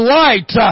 light